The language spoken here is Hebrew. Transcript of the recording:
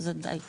זה די חדש,